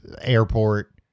airport